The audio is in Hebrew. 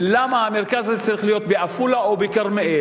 למה המרכז הזה צריך להיות בעפולה או בכרמיאל,